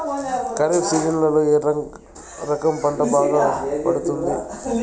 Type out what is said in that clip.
ఖరీఫ్ సీజన్లలో ఏ రకం పంట బాగా పండుతుంది